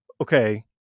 okay